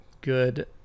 Good